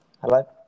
hello